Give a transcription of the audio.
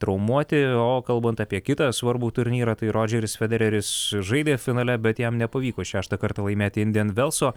traumuoti o kalbant apie kitą svarbų turnyrą tai rodžeris federeris žaidė finale bet jam nepavyko šeštą kartą laimėti indijan velso